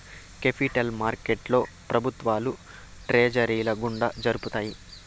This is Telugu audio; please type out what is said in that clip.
కేపిటల్ మార్కెట్లో ప్రభుత్వాలు ట్రెజరీల గుండా జరుపుతాయి